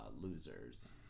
losers